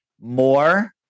more